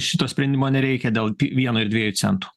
šito sprendimo nereikia dėl vieno ir dviejų centų